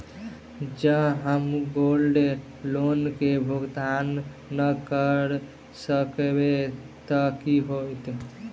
जँ हम gold loan केँ भुगतान न करऽ सकबै तऽ की होत?